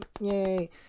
yay